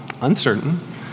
uncertain